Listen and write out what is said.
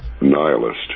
nihilist